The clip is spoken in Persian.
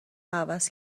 عوض